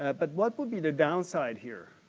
ah but what would be the downside here?